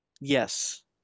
yes